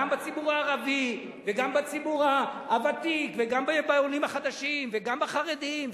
גם בציבור הערבי וגם בציבור הוותיק וגם בעולים החדשים וגם בחרדים,